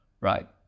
right